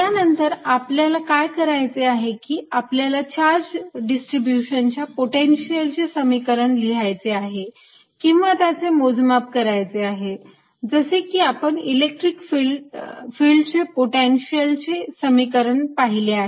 यानंतर आपल्याला काय करायचे आहे की आपल्याला चार्ज डिस्ट्रीब्यूशन च्या पोटेन्शियल चे समीकरण लिहायचे आहे किंवा त्याचे मोजमाप करायचे आहे जसे की आपण इलेक्ट्रिक फिल्डच्या पोटेन्शिअलचे समिकरण पाहिले आहेत